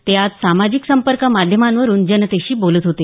ते आज सामाजिक संपर्क माध्यमांवरून जनतेशी बोलत होते